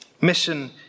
Mission